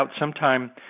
sometime